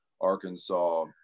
Arkansas